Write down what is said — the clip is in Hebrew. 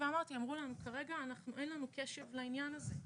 אמרו שכרגע אין קשב לעניין הזה.